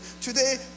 Today